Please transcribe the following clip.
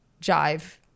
jive